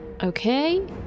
Okay